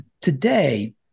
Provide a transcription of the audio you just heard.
Today